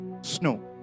snow